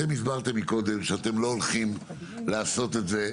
אתם הסברתם מקודם שאתם לא הולכים לעשות את זה.